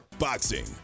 Boxing